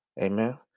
Amen